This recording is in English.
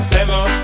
Seven